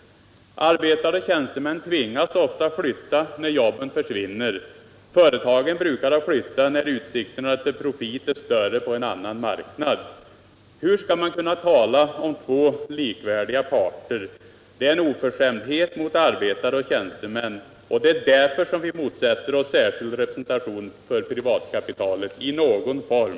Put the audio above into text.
Arbetare och tjänstemän tvingas ofta flytta när jobben försvinner — företagen brukar däremot flytta när utsikterna till profit är större på en annan marknad. Hur skall man här kunna tala om två likvärdiga parter? Det är en oförskämdhet mot arbetare och tjänstemän! Det är därför som vi motsätter oss särskild representation för privatkapitalet i någon form.